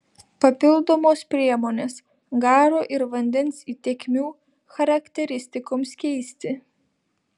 papildomos priemonės garo ir vandens įtekmių charakteristikoms keisti